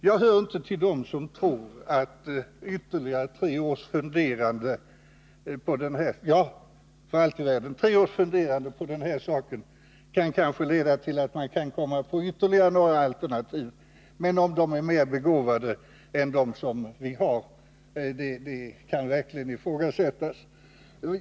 Tre års ytterligare funderande på den här saken kan kanske leda till att man kommer på ännu några alternativ. Men om dessa blir mer begåvade än dem vi har i dag kan verkligen ifrågasättas.